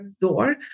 door